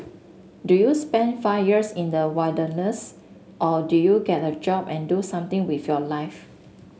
do you spend five years in the wilderness or do you get a job and do something with your life